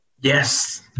Yes